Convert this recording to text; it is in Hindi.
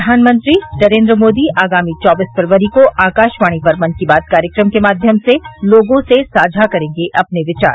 प्रधानमंत्री नरेन्द्र मोदी आगामी चौबीस फरवरी को आकाशवाणी पर मन की बात कार्यक्रम के माध्यम से लोगों से साझा करेंगे अपने विचार